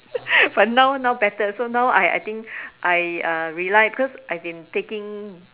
but now now better so now I I think I uh rely because I've been taking